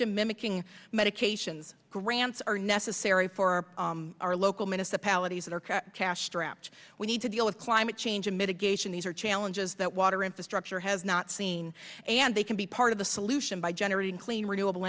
to mimicking medications grants are necessary for our local municipalities that are cash strapped we need to deal with climate change and mitigation these are challenges that water infrastructure has not seen and they can be part of the solution by generating clean renewable